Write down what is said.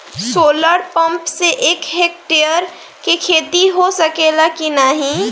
Solar pump से एक hectare क खेती हो सकेला की नाहीं?